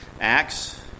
Acts